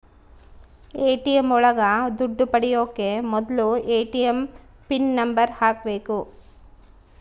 ATM ಒಳಗ ದುಡ್ಡು ಪಡಿಯೋಕೆ ಮೊದ್ಲು ಎ.ಟಿ.ಎಂ ಪಿನ್ ನಂಬರ್ ಹಾಕ್ಬೇಕು